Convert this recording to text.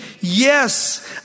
Yes